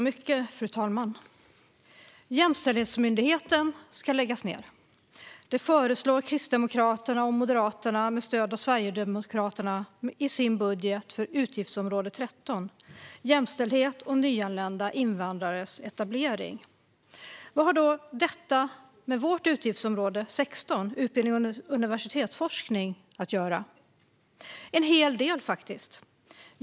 Fru talman! Jämställdhetsmyndigheten ska läggas ned. Det föreslår Kristdemokraterna och Moderaterna med stöd av Sverigedemokraterna i sin budget för utgiftsområde 13 Jämställdhet och nyanlända invandrares etablering. Vad har då detta att göra med utgiftsområde 16 Utbildning och universitetsforskning, som vi debatterar nu? En hel del faktiskt.